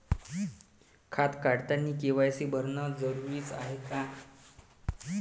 खातं काढतानी के.वाय.सी भरनं जरुरीच हाय का?